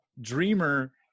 dreamer